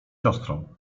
siostrą